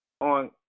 on